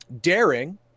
Daring